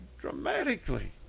dramatically